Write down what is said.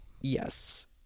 yes